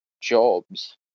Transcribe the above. jobs